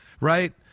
right